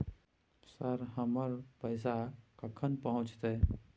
Sir, हमर पैसा कखन पहुंचतै?